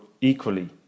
equally